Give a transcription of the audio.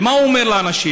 ומה הוא אומר לאנשים?